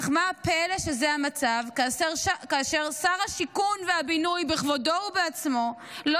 אך מה הפלא שזה המצב כאשר שר השיכון והבינוי בכבודו ובעצמו לא